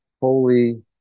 holy